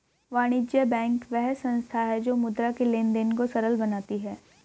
वाणिज्य बैंक वह संस्था है जो मुद्रा के लेंन देंन को सरल बनाती है